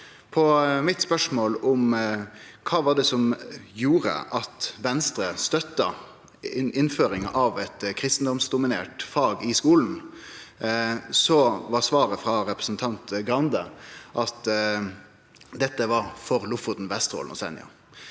mitt om kva det var som gjorde at Venstre støtta innføringa av eit kristendomsdominert fag i skulen, var svaret frå representanten Skei Grande at dette var for Lofoten, Vesterålen og Senja.